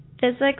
Physics